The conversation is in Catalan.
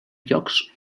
llocs